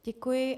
Děkuji.